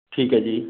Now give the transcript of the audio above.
ਠੀਕ ਹੈ ਜੀ